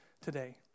today